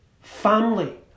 family